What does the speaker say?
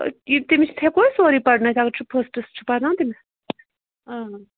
یہِ تٔمِس ہیٚکو أسۍ سورُے پَرنٲوِتھ اگر چھُ فٔسٹَس چھُ پَران تٔمِس